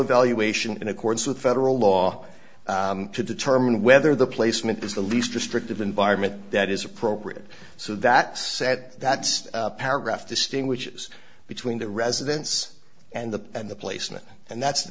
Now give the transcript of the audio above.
evaluation in accordance with federal law to determine whether the placement is the least restrictive environment that is appropriate so that set that's paragraph distinguishes between the residence and the and the placement and that's the